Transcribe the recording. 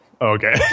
Okay